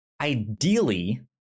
Ideally